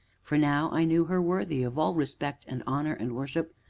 for now i knew her worthy of all respect and honor and worship,